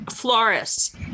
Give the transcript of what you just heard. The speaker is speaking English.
Florists